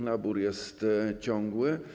Nabór jest ciągły.